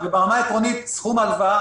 ברמה העקרונית, סכום ההלוואה